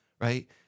right